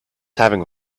having